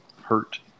hurt